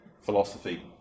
philosophy